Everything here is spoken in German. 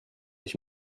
ich